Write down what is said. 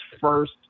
first